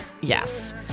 Yes